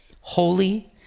holy